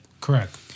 Correct